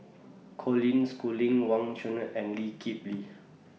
Colin Schooling Wang Chunde and Lee Kip Lee